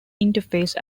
interface